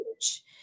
huge